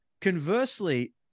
conversely